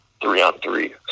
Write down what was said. three-on-three